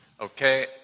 Okay